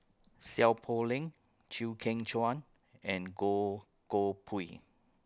Seow Poh Leng Chew Kheng Chuan and Goh Koh Pui